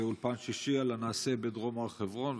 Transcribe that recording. באולפן שישי על הנעשה בדרום הר חברון,